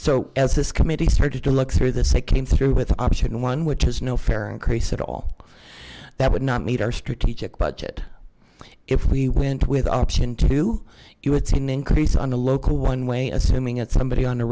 so as this committee started to look through this i came through with option one which is no fare increase at all that would not meet our strategic budget if we went with option two you would see an increase on a local one way assuming as somebody on a